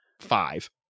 five